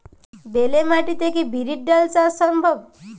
বেলে মাটিতে কি বিরির ডাল চাষ সম্ভব?